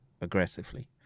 aggressively